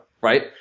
right